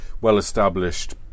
well-established